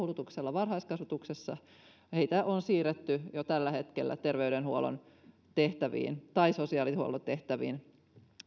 varhaiskasvatuksessa on siirretty jo tällä hetkellä terveydenhuollon tehtäviin tai sosiaalihuollon tehtäviin